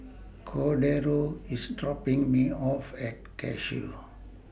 Cordero IS dropping Me off At Cashew